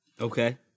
Okay